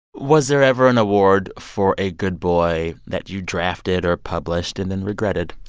was there ever an award for a good boy that you drafted or published and then regretted?